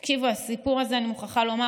תקשיבו, אני מוכרחה לומר